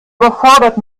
überfordert